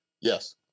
Yes